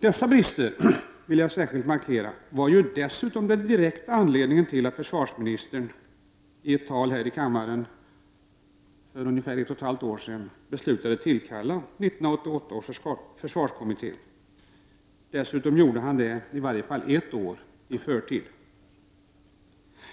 Dessa brister var ju dessutom den direkta anledningen till att försvarsministern — det meddelade han i ett tal här i kammaren för ungefär ett och ett halvt år sedan — beslutade tillkalla 1988 års försvarskommitté. Dessutom gjorde han det i varje fall ett år i förtid.